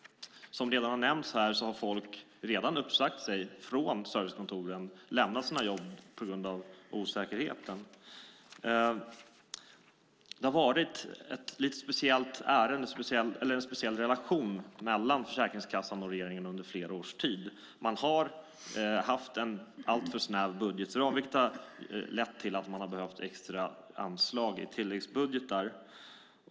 Som redan har nämnts här har folk redan uppsagt sig från servicekontoren och lämnat sina jobb på grund av osäkerheten. Det har varit en lite speciell relation mellan Försäkringskassan och regeringen under flera års tid. Man har haft en alltför snäv budgetram, vilket har lett till att man har behövt extra anslag i tilläggsbudgetar.